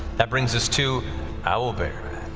that brings us to owlbear.